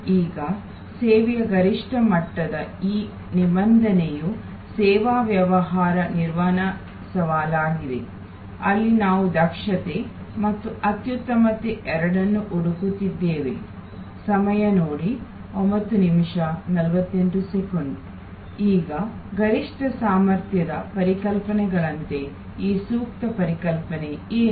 ಈಗ ಸೇವೆಯ ಗರಿಷ್ಠ ಮಟ್ಟದ ಈ ನಿಬಂಧನೆಯು ಸೇವಾ ವ್ಯವಹಾರ ನಿರ್ವಹಣಾ ಸವಾಲಾಗಿದೆ ಅಲ್ಲಿ ನಾವು ದಕ್ಷತೆ ಮತ್ತು ಅತ್ಯುತ್ತಮತೆ ಎರಡನ್ನೂ ಹುಡುಕುತ್ತಿದ್ದೇವೆ ಈಗ ಗರಿಷ್ಠ ಸಾಮರ್ಥ್ಯದ ಪರಿಕಲ್ಪನೆಗಳಂತೆ ಈ ಸೂಕ್ತ ಪರಿಕಲ್ಪನೆ ಏನು